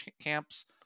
camps